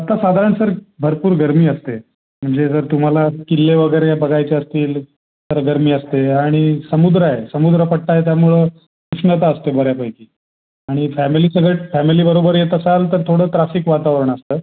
आत्ता साधारण सर भरपूर गर्मी असते म्हणजे जर तुम्हाला किल्ले वगैरे बघायचे असतील तर गर्मी असते आणि समुद्र आहे समुद्रपट्टा आहे त्यामुळं उष्णता असते बऱ्यापैकी आणि फॅमिलीसकट फॅमिलीबरोबर येत असाल तर थोडं त्रासिक वातावरण असतं